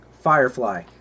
Firefly